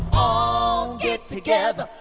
all get together.